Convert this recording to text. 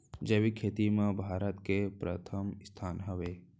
जैविक खेती मा भारत के परथम स्थान हवे